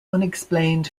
unexplained